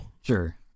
Sure